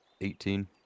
Eighteen